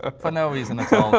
ah for no reason